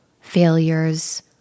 failures